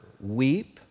weep